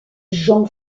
jean